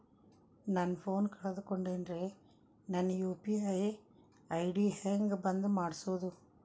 ನನ್ನ ಫೋನ್ ಕಳಕೊಂಡೆನ್ರೇ ನನ್ ಯು.ಪಿ.ಐ ಐ.ಡಿ ಹೆಂಗ್ ಬಂದ್ ಮಾಡ್ಸೋದು?